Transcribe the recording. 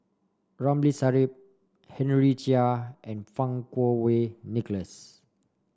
Ramli Sarip Henry Chia and Fang Kuo Wei Nicholas